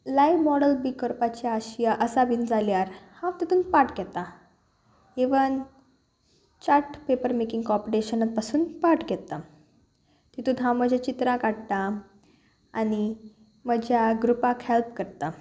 live model बी करपाची आशिय आसा बीन जाल्यार हांव तितून पार्ट घेता इवन चार्ट पेपर मेकींग कॉम्पिटिशनात पासून पार्ट घेतां तितूंत हांव म्हज्या चित्रां काडटा आनी म्हज्या ग्रुपाक हेल्प करता